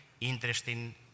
interesting